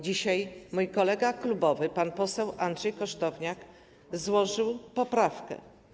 Dzisiaj mój kolega klubowy, pan poseł Andrzej Kosztowniak złożył poprawkę.